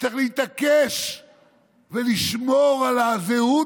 צריך להתעקש ולשמור על הזהות